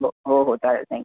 हो हो हो चालेल थँक्यू